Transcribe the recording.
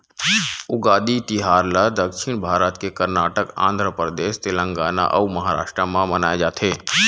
उगादी तिहार ल दक्छिन भारत के करनाटक, आंध्रपरदेस, तेलगाना अउ महारास्ट म मनाए जाथे